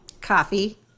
Coffee